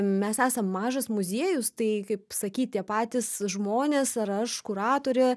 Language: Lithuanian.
mes esam mažas muziejus tai kaip sakyt tie patys žmonės ar aš kuratorė